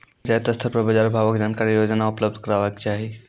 पंचायत स्तर पर बाजार भावक जानकारी रोजाना उपलब्ध करैवाक चाही?